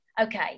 okay